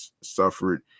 suffered